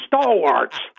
stalwarts